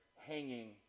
hanging